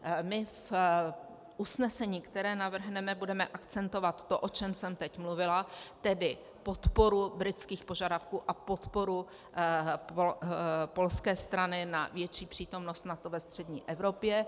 My v usnesení, které navrhneme, budeme akcentovat to, o čem jsem teď mluvila, tedy podporu britských požadavků a podporu polské strany na větší přítomnost NATO ve střední Evropě.